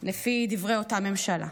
לפי דברי אותה ממשלה.